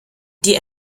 die